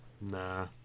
Nah